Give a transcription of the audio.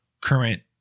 current